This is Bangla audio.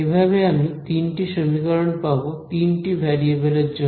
এভাবে আমি তিনটি সমীকরণ পাব তিনটি ভেরিয়েবলের জন্য